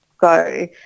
go